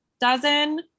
dozen